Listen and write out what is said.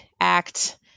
act